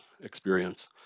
experience